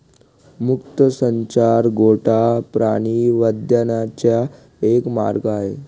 मुक्त संचार गोठा प्राणी वाढवण्याचा एक मार्ग आहे